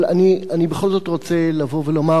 אבל אני בכל זאת רוצה לבוא ולומר